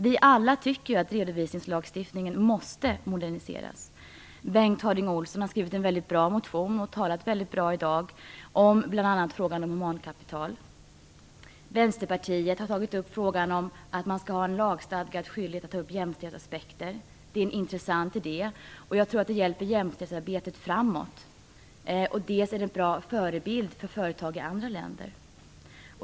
Vi alla tycker ju att redovisningslagstiftningen måste moderniseras. Bengt Harding Olson har skrivit en väldigt bra motion och talat väldigt bra i dag om bl.a. frågan om humankapital. Vänsterpartiet har tagit upp frågan om att man skall ha en lagstadgad skyldighet att ta upp jämställdhetsaspekter. Det är en intressant idé, och jag tror att det hjälper jämställdhetsarbetet framåt. Det är också en bra förebild för företag i andra länder.